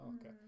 okay